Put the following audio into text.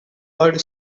bud